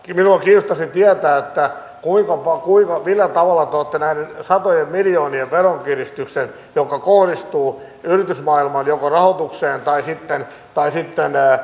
minua kiinnostaisi tietää millä tavalla te olette arvioineet näiden satojen miljoonien veronkiristyksen joka kohdistuu joko yritysmaailman rahoitukseen tai sitten osingonjakoon työllisyysvaikutukset